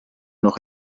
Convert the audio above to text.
noch